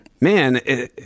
man